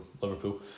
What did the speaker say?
Liverpool